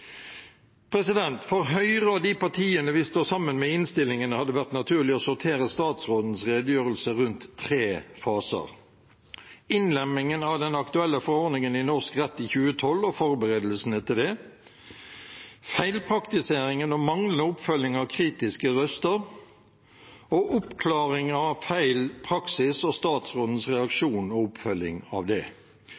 For Høyre og de partiene vi står sammen med i innstillingen, har det vært naturlig å sortere statsrådens redegjørelse rundt tre faser: innlemmingen av den aktuelle forordningen i norsk rett i 2012 og forberedelsene til det feilpraktiseringen og manglende oppfølging av kritiske røster oppklaringen av feil praksis og statsrådens